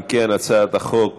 אם כן, הצעת החוק